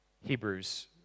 Hebrews